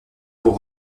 pour